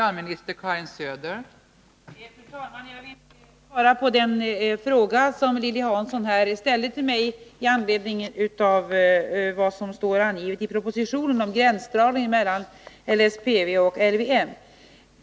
Fru talman! Jag vill svara på den fråga som Lilly Hansson ställde till mig i anledning av vad som står angivet i propositionen om gränsdragningen mellan LSPV och LVM.